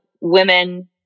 women